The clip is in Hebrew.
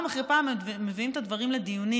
אחרי פעם מביאים את הדברים לדיונים,